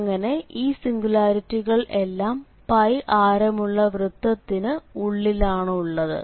അങ്ങനെ ഈ സിംഗുലാരിറ്റികൾ എല്ലാം ആരമുള്ള വൃത്തത്തിനു ഉള്ളിലാണ് ഉള്ളത്